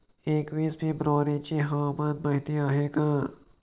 एकवीस फेब्रुवारीची हवामान माहिती आहे का?